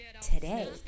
today